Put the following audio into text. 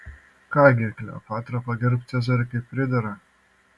ką gi kleopatra pagerbk cezarį kaip pridera